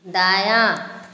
दायाँ